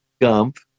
Gump